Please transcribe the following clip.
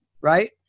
right